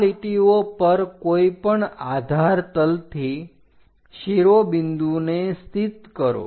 આ લીટીઓ પર કોઈ પણ આધાર તલથી શિરોબિંદુને સ્થિત કરો